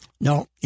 No